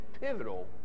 pivotal